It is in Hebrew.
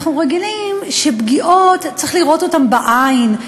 אנחנו רגילים שפגיעות צריך לראות בעין,